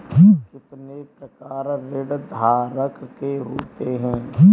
कितने प्रकार ऋणधारक के होते हैं?